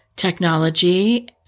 technology